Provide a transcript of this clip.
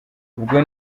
ubwo